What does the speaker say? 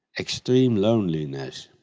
extreme loneliness.